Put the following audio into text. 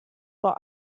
vor